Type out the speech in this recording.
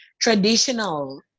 traditional